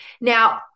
Now